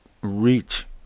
reach